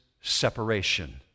separation